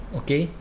okay